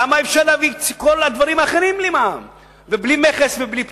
למה אי-אפשר להביא את כל הדברים האחרים בלי מע"מ ובלי מכס ובלי בלו?